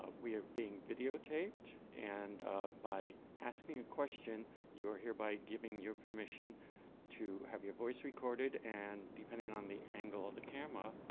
ah we are being videotaped and by asking a question you're hereby giving your permission to have your voice recorded and, depending on the angle of the camera,